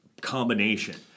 combination